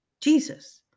Jesus